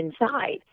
inside